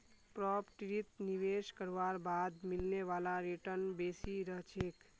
प्रॉपर्टीत निवेश करवार बाद मिलने वाला रीटर्न बेसी रह छेक